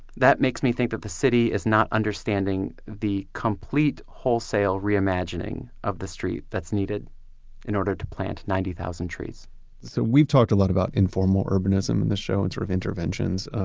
that makes me think that the city is not understanding the complete wholesale re-imagining of the street that's needed in order to plant ninety thousand trees so we've talked a lot about informal urbanism in this show and sort of interventions.